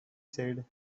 said